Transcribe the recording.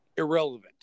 Irrelevant